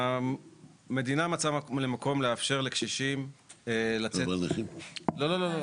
המדינה מצאה לנכון לאפשר לקשישים, לתת